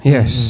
Yes